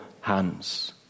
hands